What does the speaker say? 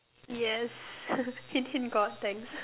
yes hint hint God thanks